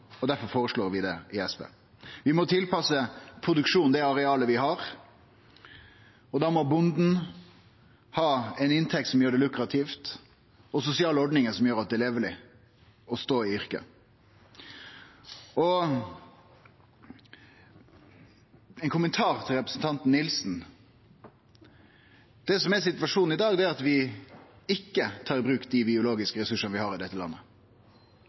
vi i SV det. Vi må tilpasse produksjonen til det arealet vi har. Da må bonden ha ei inntekt som gjer det lukrativt, og sosiale ordningar som gjer at det er leveleg å stå i yrket. Så ein kommentar til representanten Nilsen. Det som er situasjonen i dag, er at vi ikkje tar i bruk dei biologiske ressursane vi har i dette landet.